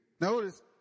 Notice